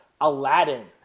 Aladdin